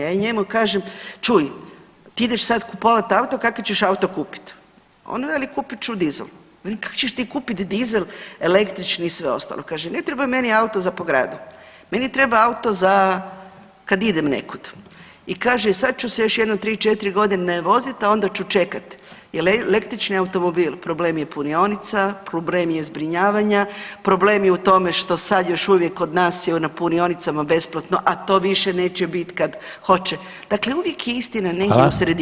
I ja njemu kažem čuj ti ideš sad kupovat auto, kakav ćeš auto kupit, on veli kupit ću dizel, velim kak ćeš ti kupit dizel električni i sve ostalo, kaže ne treba meni auto za po gradu, meni treba auto za, kad idem nekud i kaže sad ću se još jedno 3-4.g. vozit, a onda ću čekat jer električni automobil problem je punionica, problem je zbrinjavanja, problem je u tome što sad još uvijek kod nas je na punionicama besplatno, a to više neće bit kad hoće, dakle uvijek je istina negdje u sredini.